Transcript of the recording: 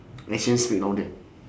actions speak louder